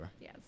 Yes